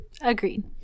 Agreed